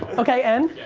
okay, and?